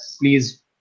please